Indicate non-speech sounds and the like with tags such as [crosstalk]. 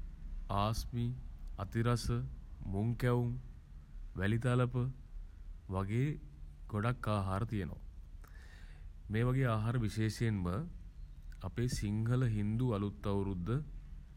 [hesitation] ආස්මී [hesitation] අතිරස [hesitation] මුං කැවුම් [hesitation] වැලිතලප වගේ [hesitation] ගොඩක් ආහාර තියෙනවා. මේ වගේ ආහාර විශේෂයෙන්ම [hesitation] අපේ සිංහල හින්දු අලුත් අවුරුද්ද